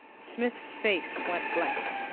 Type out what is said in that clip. smith's face went blank.